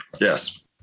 Yes